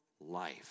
life